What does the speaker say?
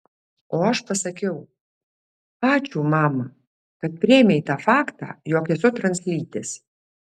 o aš pasakiau ačiū mama kad priėmei tą faktą jog esu translytis